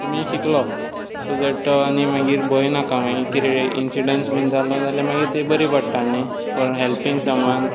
swimming शिकलो so that तो आनी मागीर भंय नाका मागीर कितें इन्सीडंट्स बी जालो जाल्या मागीर तें बरें पडटा न्ही फाॅर हॅल्पींग समवान